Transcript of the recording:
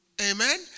Amen